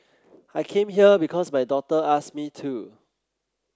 I came here because my daughter asked me to